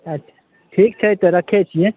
अच्छा ठीक छै तऽ रखै छिए